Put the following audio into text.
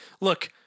Look